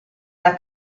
una